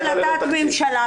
הייתה החלטת ממשלה,